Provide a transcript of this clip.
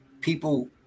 people